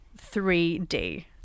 3D